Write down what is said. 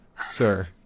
sir